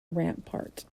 rampart